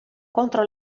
contro